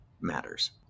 matters